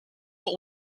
what